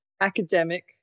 academic